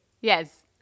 Yes